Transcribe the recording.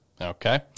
Okay